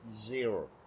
zero